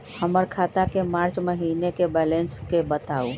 हमर खाता के मार्च महीने के बैलेंस के बताऊ?